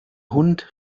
hund